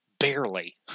Barely